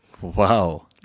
Wow